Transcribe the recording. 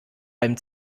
beim